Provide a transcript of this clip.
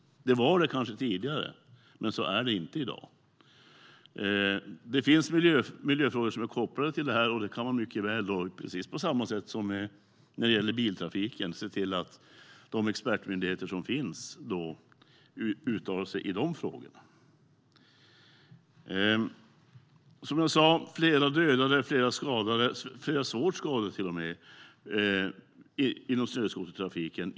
Det var kanske det tidigare, men så är det inte i dag. Det finns miljöfrågor som är kopplade till detta, och på samma sätt som med biltrafiken kan man se till att de expertmyndigheter som finns uttalar sig i dessa frågor. Som jag sa dödas eller skadas flera människor svårt inom snöskotertrafiken.